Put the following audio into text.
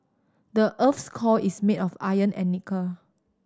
the earth's core is made of iron and nickel